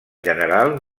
general